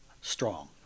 Strong